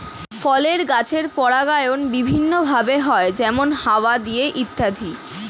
ফলের গাছের পরাগায়ন বিভিন্ন ভাবে হয়, যেমন হাওয়া দিয়ে ইত্যাদি